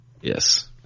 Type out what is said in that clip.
Yes